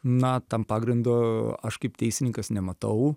na tam pagrindo aš kaip teisininkas nematau